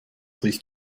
riecht